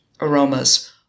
aromas